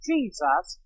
Jesus